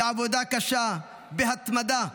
בעבודה קשה, בהתמדה.